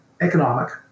economic